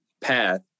path